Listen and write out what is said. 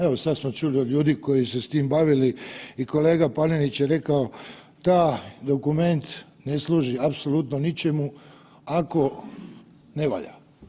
Evo sad smo čuli od ljudi koji su se s tim bavili i kolega Panenić je rekao ta dokument ne služi apsolutno ničemu ako ne valja.